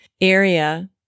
area